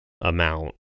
amount